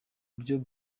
buryo